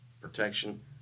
protection